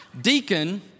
Deacon